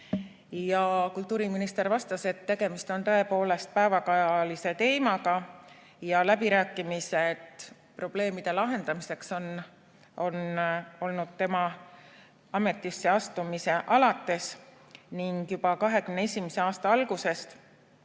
Kultuuriminister vastas, et tegemist on tõepoolest päevakajalise teemaga. Läbirääkimised probleemide lahendamiseks on olnud tema ametisse astumisest alates ning juba 2021. aasta algusest